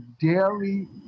daily